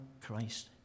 Christ